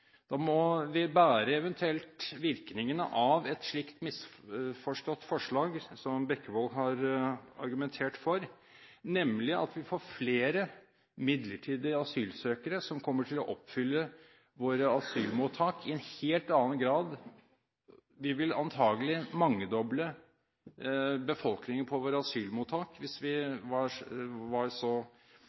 Da måtte vi eventuelt båret virkningene av et slikt misforstått forslag, som Bekkevold har argumentert for, nemlig at vi ville fått flere midlertidige asylsøkere, som kom til å oppfylle våre asylmottak i en helt annen grad. Vi ville antakelig mangedoblet befolkningen på våre asylmottak hvis vi var så